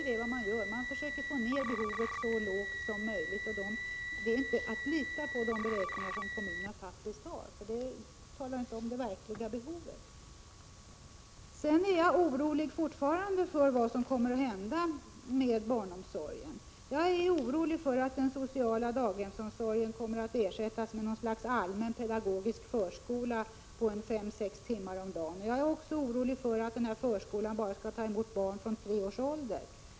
Kommunerna försöker få ner behoven så mycket som möjligt. Prot. 1986/87:49 Kommunernas beräkningar är inte att lita på. De visar inte det verkliga 15 december 1986 behovet. OM den frömidal 3 m den framtida barn Jag är fortfarande orolig för vad som kommer att hända med barnomföljen omsorgen Jag är orolig för att den sociala daghemsomsorgen kommer att ersättas med något slags allmän pedagogisk förskola på fem sex timmar om dagen. Jag är orolig för att denna förskola bara skall ta emot barn från tre års ålder.